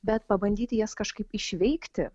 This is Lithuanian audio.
bet pabandyti jas kažkaip išveikti